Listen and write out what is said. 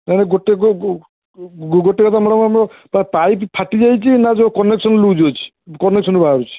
ଗୋଟେକୁ ଗୋଟେ କଥା ମ୍ୟାଡ଼ାମ୍ ଆମର ପାଇପ୍ ଫାଟି ଯାଇଛି ନା ଯେଉଁ କନେକ୍ସନ୍ ଲୁଜ୍ ଅଛି କନେକ୍ସନ୍ ବାହାରୁଛି